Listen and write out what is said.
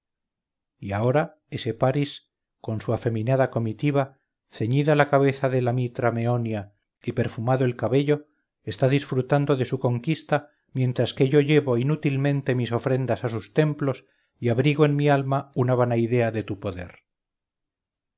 y ahora ese paris con su afeminada comitiva ceñida la cabeza de la mitra meonia y perfumado el cabello está disfrutando de su conquista mientras que yo llevo inútilmente mis ofrendas a sus templos y abrigo en mi alma una vana idea de tu poder